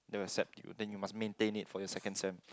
they will accept you then you must maintain it for your second sem